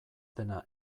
dena